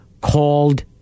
called